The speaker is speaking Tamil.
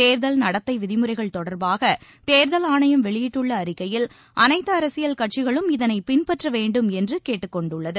தேர்தல் நடத்தை விதிமுறைகள் தொடர்பாக தேர்தல் ஆணையம் வெளியிட்டுள்ள அறிக்கையில் அனைத்து அரசியல் கட்சிகளும் இதனை பின்பற்ற வேண்டும் என்று கேட்டுக்கொண்டுள்ளது